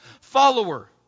follower